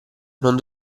non